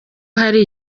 hari